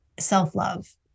self-love